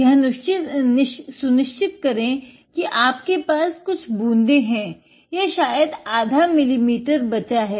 यह सुनिश्चित करे तो कि आपके पास कुछ बूंदे हैं या शायद आधा मिलीमीटर बचा है